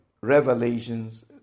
revelations